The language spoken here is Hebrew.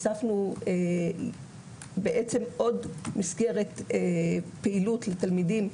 הוספנו עוד מסגרת פעילות לתלמידים,